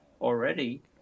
already